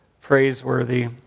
praiseworthy